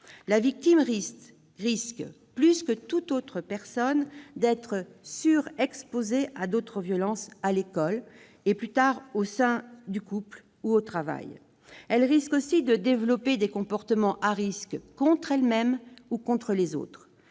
La victime risque, plus que toute autre personne, d'être surexposée à d'autres violences à l'école, et plus tard au sein du couple ou au travail. Elle risque aussi de développer des comportements à risque contre elle-même ou contre les autres.